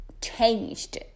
changed